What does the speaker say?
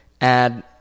add